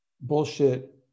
bullshit